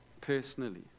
personally